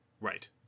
Right